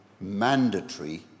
mandatory